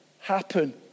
happen